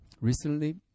Recently